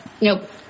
Nope